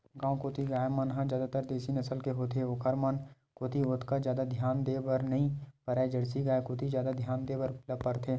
गांव कोती गाय मन ह जादातर देसी नसल के होथे ओखर मन कोती ओतका जादा धियान देय बर नइ परय जरसी गाय कोती जादा धियान देय ल परथे